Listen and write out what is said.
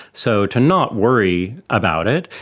so to not worry about it,